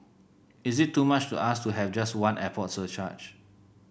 is it too much to ask to have just one airport surcharge